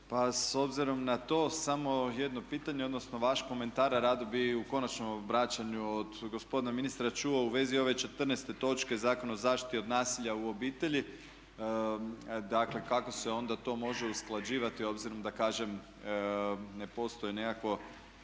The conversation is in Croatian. pa s obzirom na to samo jedno pitanje, odnosno vaš komentar. A rado bih u konačnom obraćanju od gospodina ministra čuo u vezi ove četrnaeste točke Zakon o zaštiti od nasilja u obitelji, dakle kako se onda to može usklađivati, obzirom da kažem ne postoji nekakvo